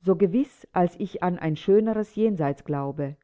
so gewiß als ich an ein schöneres jenseits glaube